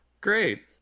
Great